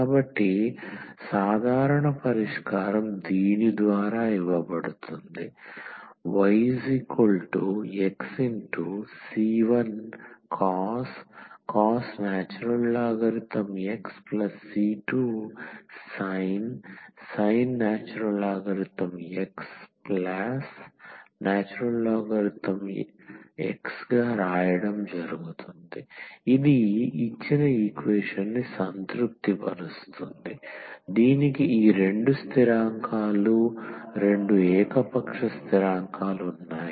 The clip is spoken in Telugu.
కాబట్టి సాధారణ పరిష్కారం దీని ద్వారా ఇవ్వబడుతుంది yxc1cos ln x c2sin ln x xln x ఇది ఇచ్చిన ఈక్వేషన్ ని సంతృప్తిపరుస్తుంది దీనికి ఈ 2 స్థిరాంకాలు 2 ఏకపక్ష స్థిరాంకాలు ఉన్నాయి